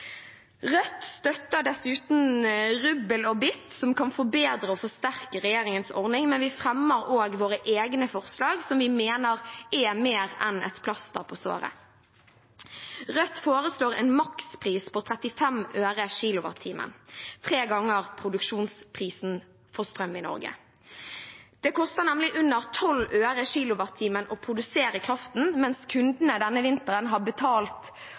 Rødt støtter dessuten rubbel og bit som kan forbedre og forsterke regjeringens ordning, men vi fremmer også våre egne forslag, som vi mener er mer enn et plaster på såret. Rødt foreslår en makspris på 35 øre/kWh, tre ganger produksjonsprisen for strøm i Norge. Det koster nemlig under 12 øre/kWh å produsere kraften, mens kundene denne vinteren har betalt